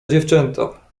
dziewczęta